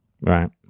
Right